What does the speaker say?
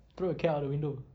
throw your cat out of the window